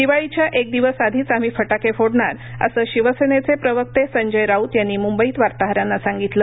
दिवाळीच्या एक दिवस आधीच आम्ही फटाके फोडणार असं शिवसेनेचे प्रवक्ते संजय राऊत यांनी म्बईत वार्ताहरांना सांगितलं